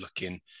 looking